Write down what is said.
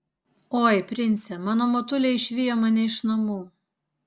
oi prince mano motulė išvijo mane iš namų